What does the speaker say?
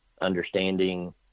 understanding